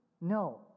No